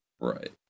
Right